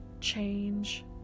change